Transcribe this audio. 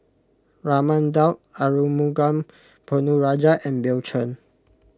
Raman Daud Arumugam Ponnu Rajah and Bill Chen